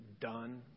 done